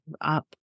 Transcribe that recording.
up